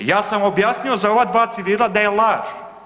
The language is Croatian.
Ja sam objasnio za ova dva civila da je laž.